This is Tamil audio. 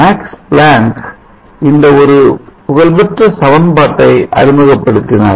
மாக்ஸ் பிளான்க் இந்த மிக புகழ்பெற்ற சமன்பாட்டை அறிமுகப்படுத்தினார்